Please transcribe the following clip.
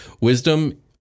Wisdom